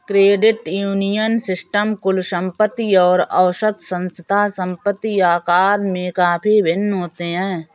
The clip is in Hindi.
क्रेडिट यूनियन सिस्टम कुल संपत्ति और औसत संस्था संपत्ति आकार में काफ़ी भिन्न होते हैं